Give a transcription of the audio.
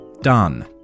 Done